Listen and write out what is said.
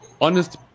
honest